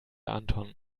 anton